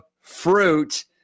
fruit